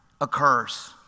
occurs